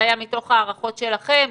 זה היה מתוך הערכות שלכם,